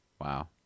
wow